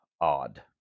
Odd